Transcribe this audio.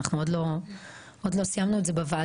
אנחנו עוד לא סיימנו את זה בוועדה.